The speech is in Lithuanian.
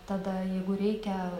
tada jeigu reikia